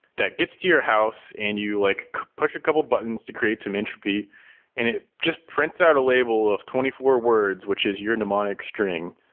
that gets to your house and you like push a couple buttons to create some entropy and it just prints out a label of twenty four words, which is your mnemonic string.